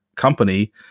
company